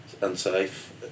unsafe